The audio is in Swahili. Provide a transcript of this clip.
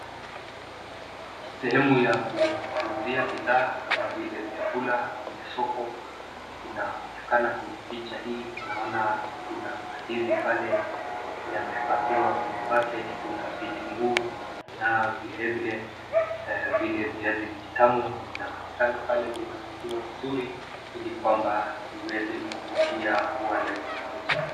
Sehemu ya kuuzia bidhaa kama vile vyakula kwenye soko inaonekana kwenye picha hii, naona kuna mandizi pale yamepakiwa kwenye bucket , kuna vitunguu, kuna vilevile vile viazi vitamu vinaonekana pale vimepakiwa vizuri ili kwamba viweze kuvutia wale wanunuzi.